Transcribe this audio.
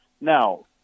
Now